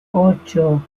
ocho